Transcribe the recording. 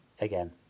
again